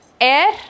air